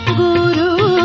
Guru